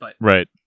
Right